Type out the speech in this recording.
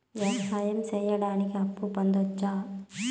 వ్యవసాయం సేయడానికి అప్పు పొందొచ్చా?